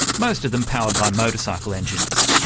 most of them powered by motorcycle engines.